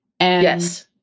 Yes